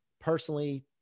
personally